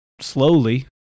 slowly